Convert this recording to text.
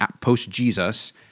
post-Jesus—